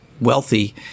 wealthy